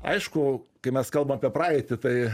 aišku kai mes kalbam apie praeitį tai